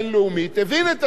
והוא עושה סנקציות